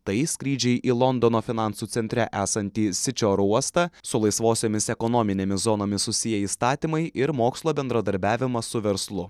tai skrydžiai į londono finansų centre esantį sičio oro uostą su laisvosiomis ekonominėmis zonomis susiję įstatymai ir mokslo bendradarbiavimas su verslu